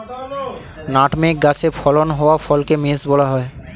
nutmeg গাছে ফলন হওয়া ফলকে মেস বলা হয়